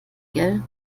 gell